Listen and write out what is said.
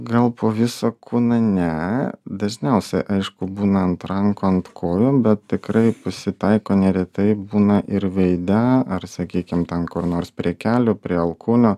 gal po visą kūną ne dažniausia aišku būna ant rankų ant kojų bet tikrai pasitaiko neretai būna ir veide ar sakykim ten kur nors prie kelių prie alkūnių